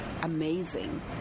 amazing